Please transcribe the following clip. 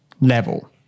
level